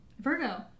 Virgo